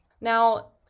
Now